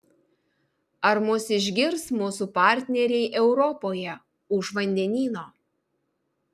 ar mus išgirs mūsų partneriai europoje už vandenyno